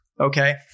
okay